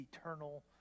eternal